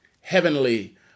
heavenly